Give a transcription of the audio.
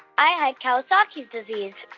i had kawasaki's disease.